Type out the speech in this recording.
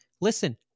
listen